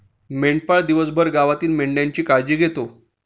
मेंढपाळ दिवसभर गावातील मेंढ्यांची काळजी घेतो